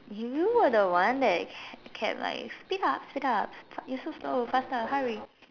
you were the one that kept like speed up speed up you're so slow faster hurry